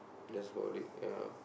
that's about it ya